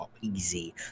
easy